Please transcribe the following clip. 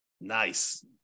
Nice